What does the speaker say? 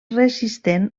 resistent